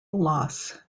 loss